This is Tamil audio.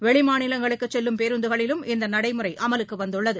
வெளிமாநிலங்களுக்குச் செல்லும் பேருந்துகளிலும் இந்தநடைமுறைஅமலுக்குவந்துள்ளது